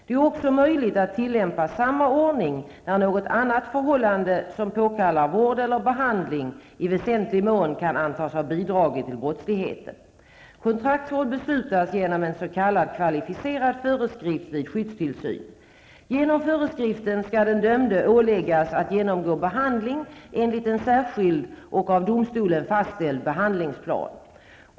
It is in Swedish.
Det är också möjligt att tillämpa samma ordning när något annat förhållande som påkallar vård eller behandling i väsentlig mån kan antas ha bidragit till brottsligheten. Kontraktsvård beslutas genom en s.k. kvalificerad föreskrift vid skyddstillsyn. Genom föreskriften skall den dömde åläggas att genomgå behandling enligt en särskild och av domstolen fastställd behandlingsplan.